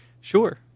Sure